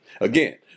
again